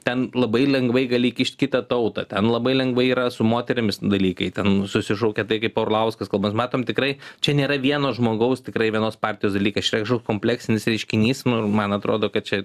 ten labai lengvai gali įkišt kitą tautą ten labai lengvai yra su moterimis dalykai ten susišaukia tai kaip orlauskas matom tikrai čia nėra vieno žmogaus tikrai vienos partijos dalykas čia yra kažkoks kompleksinis reiškinys nu ir man atrodo kad čia